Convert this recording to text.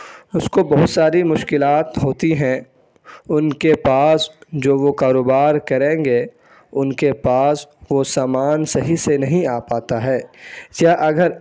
اس کو بہت ساری مشکلات ہوتی ہیں ان کے پاس جو وہ کاروبار کریں گے ان کے پاس وہ سامان صحیح سے نہیں آ پاتا ہے یا اگر